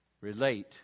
relate